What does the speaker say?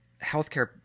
healthcare